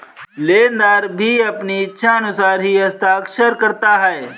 लेनदार भी अपनी इच्छानुसार ही हस्ताक्षर करता है